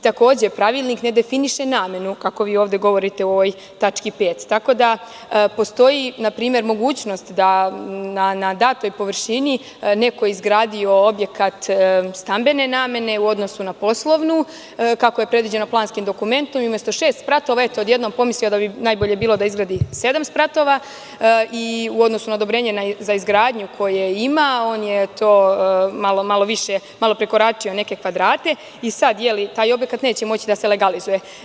Takođe, Pravilnik ne definiše namenu, kako vi ovde govorite u ovoj tački 5. Tako da, npr. postoji mogućnost da je na datoj površini neko izgradio objekat stambene namene u odnosu na poslovnu, kako je predviđeno planskim dokumentom, pa da umesto šest spratova odjednom pomisli da bi najbolje bilo da izgradi sedam spratova i u odnosu na odobrenje za izgradnju koje ima on malo više prekorači neke kvadrate i sad taj objekat neće moći da se legalizuje.